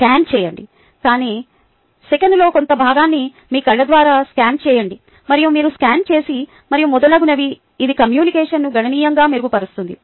scan చేయండి కానీ సెకనులో కొంత భాగాన్ని మీ కళ్ళ ద్వారా స్కాన్ చేయండి మరియు మీరు స్కాన్ చేసి మరియు మొదలగునవి ఇది కమ్యూనికేషన్ను గణనీయంగా మెరుగుపరుస్తుంది